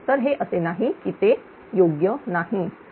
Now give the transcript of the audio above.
तर हे असे नाही की ते योग्य नाहीत